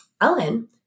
Ellen